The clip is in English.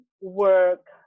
work